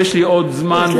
אף שיש לי עוד זמן,